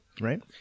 right